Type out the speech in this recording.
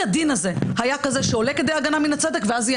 הדין הזה היה כזה שעולה כדי הגנה מן הצדק ואז זה יהיה